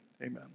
Amen